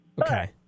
Okay